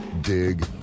dig